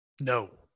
No